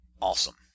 awesome